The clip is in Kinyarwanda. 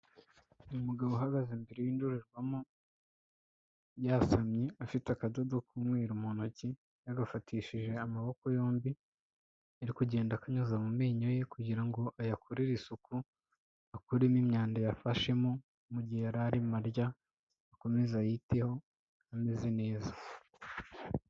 Umugabo uhagaze imbere y'indorerwamo, yasamye afite akadodo k'umweru mu ntoki, yagafatishije amaboko yombi, ari kugenda akanyuza mu menyo ye kugira ngo ayakorere isuku, akuremo imyanda yafashemo, mu gihe yari arimo arya, akomeze ayiteho, ameze neza.